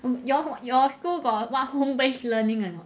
oh your your school got what home based learning or not